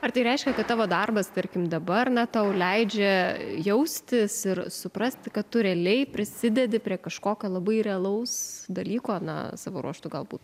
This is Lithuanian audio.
ar tai reiškia kad tavo darbas tarkim dabar na tau leidžia jaustis ir suprasti kad tu realiai prisidedi prie kažkokio labai realaus dalyko na savo ruožtu galbūt